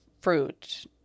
fruit